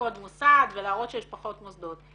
קוד מוסד ולהראות שיש פחות מוסדות.